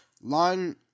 line